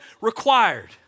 required